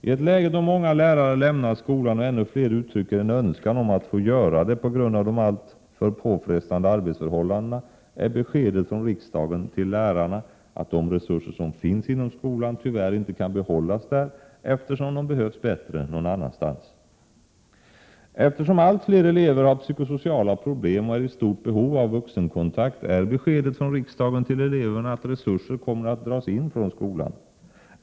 I ett läge då många lärare lämnar skolan och ännu fler uttrycker en önskan om att få göra det på grund av de alltför påfrestande arbetsförhållandena, är beskedet från riksdagen till lärarna att de resurser som finns inom skolan tyvärr inte kan behållas där, eftersom de behövs bättre någon annanstans. Hi I ett läge då allt fler elever har psykosociala problem och är i stort behov av vuxenkontakt är beskedet från riksdagen till eleverna att resurser kommer att dras in från skolan.